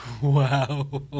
wow